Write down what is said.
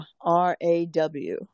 R-A-W